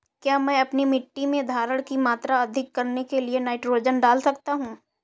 क्या मैं अपनी मिट्टी में धारण की मात्रा अधिक करने के लिए नाइट्रोजन डाल सकता हूँ?